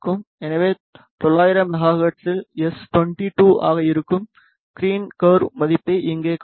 எனவே 900 மெகா ஹெர்ட்ஸில் எஸ்22 ஆக இருக்கும் க்ரீன் கர்வ்வின் மதிப்பை இங்கே காணலாம்